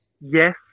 yes